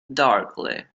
darkly